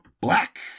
black